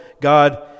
God